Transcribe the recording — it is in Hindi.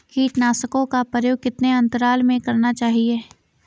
कीटनाशकों का प्रयोग कितने अंतराल में करना चाहिए?